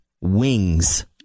wings